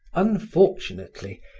unfortunately,